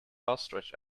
ostrich